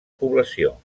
població